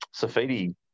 Safidi